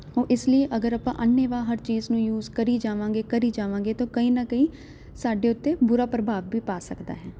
ਉਹ ਇਸ ਲੀਏ ਅਗਰ ਆਪਾਂ ਅੰਨ੍ਹੇਵਾਹ ਹਰ ਚੀਜ਼ ਨੂੰ ਯੂਜ ਕਰੀ ਜਾਵਾਂਗੇ ਕਰੀ ਜਾਵਾਂਗੇ ਤੋ ਕਹੀਂ ਨਾ ਕਹੀਂ ਸਾਡੇ ਉੱਤੇ ਬੁਰਾ ਪ੍ਰਭਾਵ ਵੀ ਪਾ ਸਕਦਾ ਹੈ